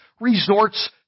resorts